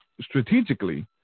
strategically